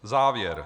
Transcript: Závěr.